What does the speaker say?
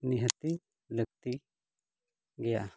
ᱱᱤᱦᱟᱹᱛᱤ ᱞᱟᱹᱠᱛᱤ ᱜᱮᱭᱟ